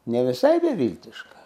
ne visai beviltiška